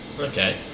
okay